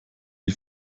die